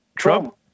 Trump